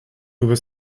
übers